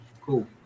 Cool